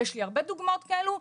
ויש לי הרבה דוגמאות כאלו.